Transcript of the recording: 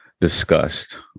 discussed